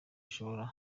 ishobora